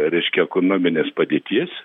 reiškia ekonominės padėties